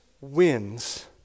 wins